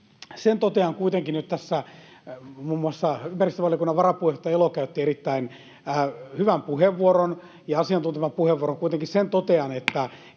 Sen totean kuitenkin nyt tässä — muun muassa ympäristövaliokunnan varapuheenjohtaja Elo käytti erittäin hyvän puheenvuoron ja asiantuntevan puheenvuoron — että